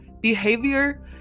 behavior